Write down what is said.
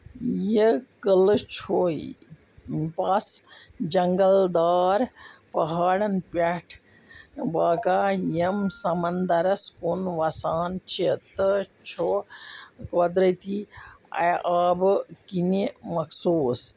یہِ قلعہٕ چھُے پَس جنٛگل دار پہاڑن پٮ۪ٹھ واقع یِم سمندرس کُن وسان چھِ تہٕ چھُ قۄدرتی آبہٕ كِنہِ مخصوٗص